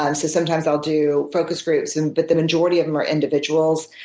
um so sometimes i'll do focus groups, and but the majority of them are individuals.